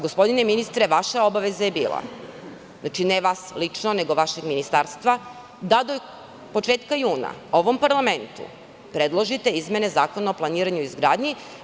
Gospodine ministre, vaša obaveza je bila, ne vas lično nego vašeg ministarstva, da do početka juna ovom parlamentu predložite izmene Zakona o planiranju i izgradnji.